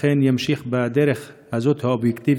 אכן ימשיך בדרך הזאת האובייקטיבית,